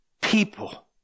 people